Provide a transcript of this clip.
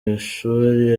ishuli